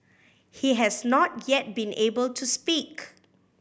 he has not yet been able to speak